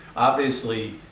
obviously,